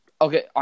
Okay